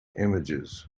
images